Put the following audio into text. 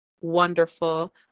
wonderful